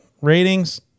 ratings